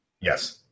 yes